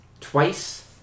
twice